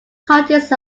cuttings